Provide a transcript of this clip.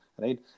right